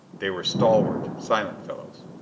they were stalwart, silent fellows,